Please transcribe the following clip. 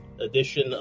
edition